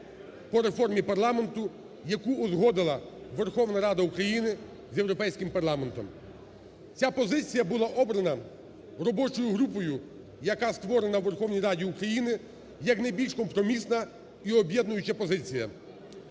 по реформі парламенту, яку узгодила Верховна Рада України з Європейським парламентом. Ця позиція була обрана робочою групою, яка створена у Верховній Раді України як найбільш компромісна і об'єднуюча позиція.